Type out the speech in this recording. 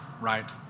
Right